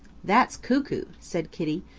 that's cuckoo, said kitty.